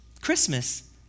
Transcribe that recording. Christmas